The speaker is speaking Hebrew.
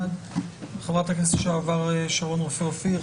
חברת הכנסת לשעבר שרון רופא אופיר,